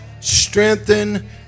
strengthen